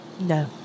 No